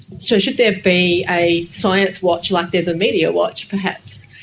so should there be a science watch like there is a media watch perhaps?